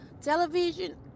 television